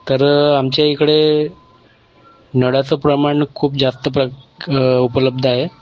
तर आमच्या इकडे नळाचं प्रमाण खूप जास्त प्रक उपलब्ध आहे